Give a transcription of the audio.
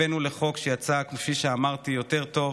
הבאנו לחוק, שיצא, כפי שאמרתי, יותר טוב.